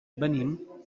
venim